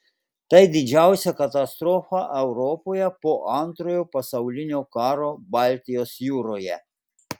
tai didžiausia katastrofa europoje po antrojo pasaulinio karo baltijos jūroje